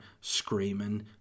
screaming